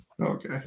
Okay